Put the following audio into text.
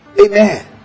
Amen